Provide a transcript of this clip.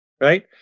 right